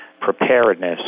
Preparedness